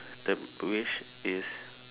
the wish is